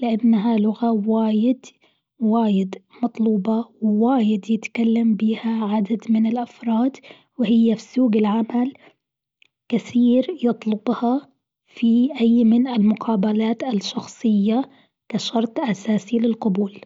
لأنها لغة واجد واجد مطلوبة واجد يتكلم بيها عدد من الأفراد وهي في سوق العمل كثير يطلبها في أي من المقابلات الشخصية كشرط أساسي للقبول.